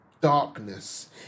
darkness